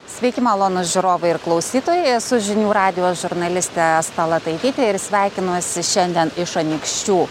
sveiki malonūs žiūrovai ir klausytojai esu žinių radijo žurnalistė asta lataitytė ir sveikinuosi šiandien iš anykščių